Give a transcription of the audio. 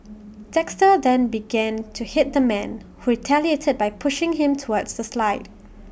Dexter then began to hit the man who retaliated by pushing him towards the slide